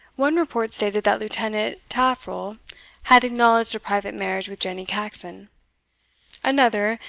one report stated, that lieutenant taffril had acknowledged a private marriage with jenny caxon another,